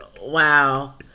Wow